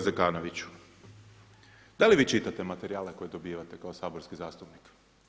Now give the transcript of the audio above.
kolega Zekanoviću, da li vi čitate materijale koje dobivate kao saborski zastupnik?